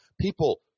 People